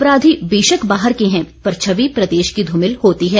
अपराधी बेशक बाहर के हैं पर छवि प्रदेश की धूमिल होती है